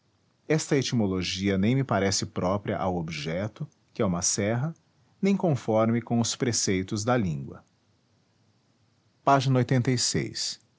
esta etimologia nem me parece própria ao objeto que é uma serra nem conforme com os preceitos da língua ág e